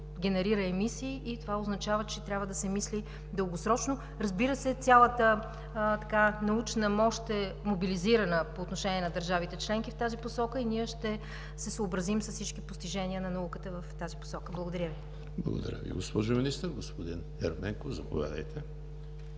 генерира емисии и това означава, че трябва да се мисли дългосрочно. Разбира се, цялата научна мощ е мобилизирана по отношение на държавите членки в тази посока и ние ще се съобразим с всички постижения на науката в тази посока. Благодаря Ви. ПРЕДСЕДАТЕЛ ЕМИЛ ХРИСТОВ: Благодаря Ви, госпожо Министър. Господин Ерменков, заповядайте.